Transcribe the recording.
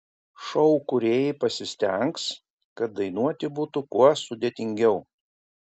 šou kūrėjai pasistengs kad dainuoti būtų kuo sudėtingiau